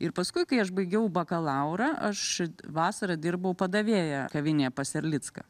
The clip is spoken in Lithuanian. ir paskui kai aš baigiau bakalaurą aš vasarą dirbau padavėja kavinėje pas erlicką